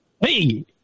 Hey